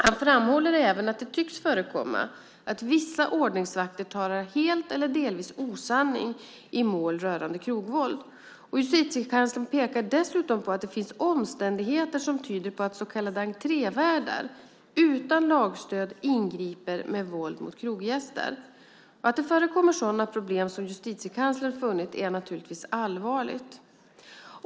Han framhåller även att det tycks förekomma att vissa ordningsvakter talar helt eller delvis osanning i mål rörande krogvåld. Justitiekanslern pekar dessutom på att det finns omständigheter som tyder på att så kallade entrévärdar utan lagstöd ingriper med våld mot kroggäster. Att det förekommer sådana problem som Justitiekanslern har funnit är naturligtvis allvarligt.